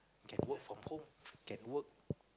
you can work from home can work